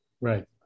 Right